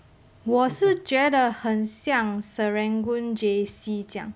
我是觉得很像 serangoon J_C 这样